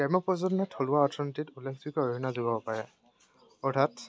গ্ৰাম্য থলুৱা অৰ্থনীতিত উল্লেখযোগ্য অৰিহণা যোগাব পাৰে অৰ্থাৎ